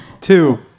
Two